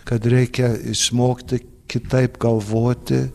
kad reikia išmokti kitaip galvoti